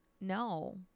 No